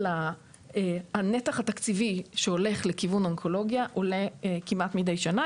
הנתח התקציבי שהולך לכיוון האונקולוגיה עולה כמעט מידי שנה,